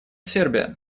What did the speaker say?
сербия